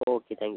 okay thank you